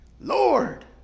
lord